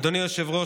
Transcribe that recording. אדוני היושב-ראש,